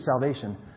salvation